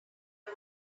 own